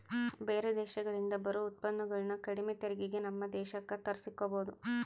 ಬೇರೆ ದೇಶಗಳಿಂದ ಬರೊ ಉತ್ಪನ್ನಗುಳನ್ನ ಕಡಿಮೆ ತೆರಿಗೆಗೆ ನಮ್ಮ ದೇಶಕ್ಕ ತರ್ಸಿಕಬೊದು